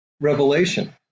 revelation